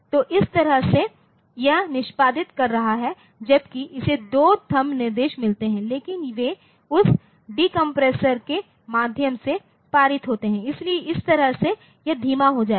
तो इस तरह से यह निष्पादित कर रहा है जबकि इसे दो थंब निर्देश मिलते हैं लेकिन वे उस डीकंप्रेसर के माध्यम से पारित होते हैं इसलिए इस तरह से यह धीमा हो जाएगा